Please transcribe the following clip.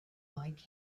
like